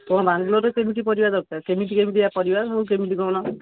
ତମ ବାଙ୍ଗଲୋରରେ କେମିତି ପରିବା ଦରକାର କେମିତି କେମିତିଆ ପରିବା ସବୁ କେମିତି କହୁନା